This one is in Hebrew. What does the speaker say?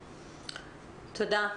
תודה.